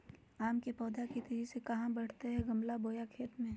आम के पौधा तेजी से कहा बढ़य हैय गमला बोया खेत मे?